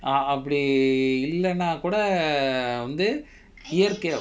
ah அப்புடி இல்லனா கூட வந்து இயற்கயா வரும்:appudi illana kooda vanthu iyarkaiyaa varum